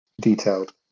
detailed